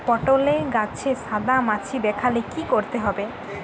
পটলে গাছে সাদা মাছি দেখালে কি করতে হবে?